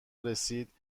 رسید